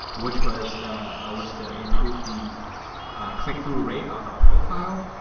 which was ah was to improve the click through rate of a profile.